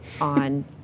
on